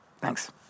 Thanks